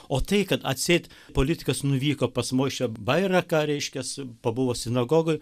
o tai kad atseit politikas nuvyko pas maušą bairaką reiškias pabuvo sinagogoj